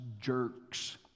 jerks